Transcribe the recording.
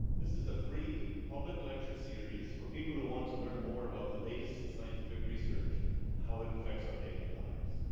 this is a free public lecture series for people who want to learn more about the latest in scientific research and how it affects our daily lives.